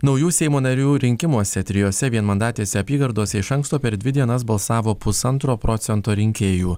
naujų seimo narių rinkimuose trijose vienmandatėse apygardose iš anksto per dvi dienas balsavo pusantro procento rinkėjų